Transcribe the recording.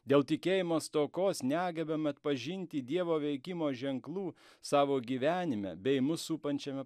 dėl tikėjimo stokos negebam atpažinti dievo veikimo ženklų savo gyvenime bei mus supančiame